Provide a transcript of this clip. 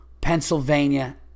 Pennsylvania